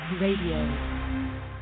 Radio